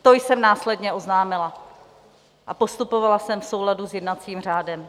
To jsem následně oznámila a postupovala jsem v souladu s jednacím řádem.